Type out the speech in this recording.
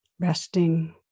Resting